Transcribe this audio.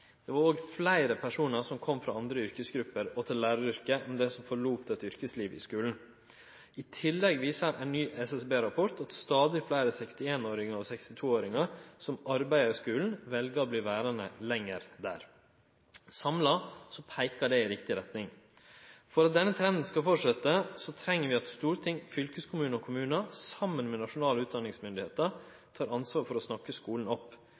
Det var òg fleire personar som kom frå andre yrkesgrupper til læraryrket enn dei som forlét eit yrkesliv i skulen. I tillegg viser ein ny SSB-rapport at stadig fleire 61-åringar og 62-åringar som arbeider i skulen, vel å verte verande lenger der. Samla peiker det i riktig retning. For at denne trenden skal fortsetje, treng vi at storting, fylkeskommunar og kommunar saman med nasjonale utdanningsstyresmakter tek ansvar for å snakke skulen opp.